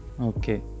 Okay